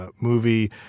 movie